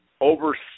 Over